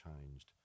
changed